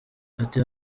ati